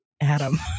Adam